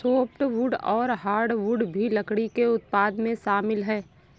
softwood और hardwood भी लकड़ी के उत्पादन में शामिल है